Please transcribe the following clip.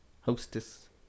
Hostess